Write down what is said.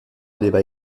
débat